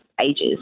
Ages